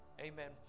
Amen